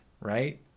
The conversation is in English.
right